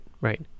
right